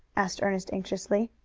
asked ernest anxiously.